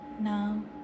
Now